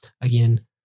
again